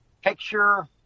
picture